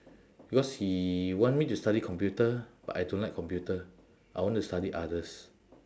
because he want me to study computer but I don't like computer I want to study others